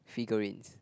figurines